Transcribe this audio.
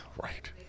right